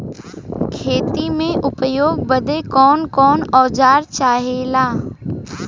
खेती में उपयोग बदे कौन कौन औजार चाहेला?